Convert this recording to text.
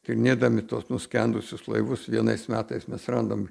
tyrinėdami tuos nuskendusius laivus vienais metais mes randam